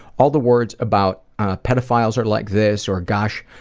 all the words about ah pedophiles are like this or gosh,